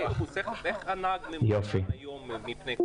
יופי.